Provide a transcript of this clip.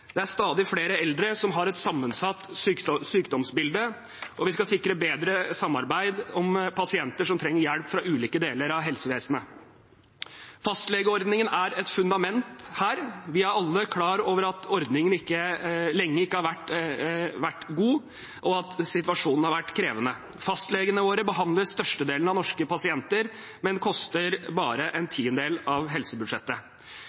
Det er stadig flere eldre som har et sammensatt sykdomsbilde, og vi skal sikre bedre samarbeid om pasienter som trenger hjelp fra ulike deler av helsevesenet. Fastlegeordningen er et fundament her. Vi er alle klar over at ordningen lenge ikke har vært god, og at situasjonen har vært krevende. Fastlegene våre behandler størstedelen av norske pasienter, men koster bare en